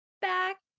Back